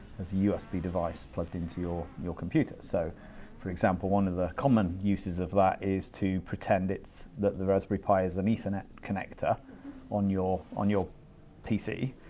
as a usb device plugged into your your computer. so for example, one of the common uses of that is to pretend that the raspberry pi is an ethernet connector on your on your pc,